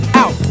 out